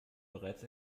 bereits